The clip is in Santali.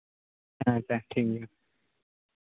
ᱟᱪᱪᱷᱟ ᱴᱷᱤᱠ ᱜᱮᱭᱟ